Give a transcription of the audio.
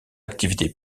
l’activité